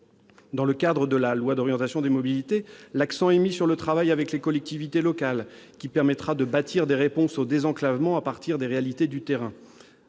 Dans le cadre de la loi d'orientation des mobilités, l'accent est mis sur le travail avec les collectivités locales, qui permettra de bâtir des réponses au désenclavement à partir des réalités du terrain.